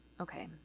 okay